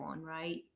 right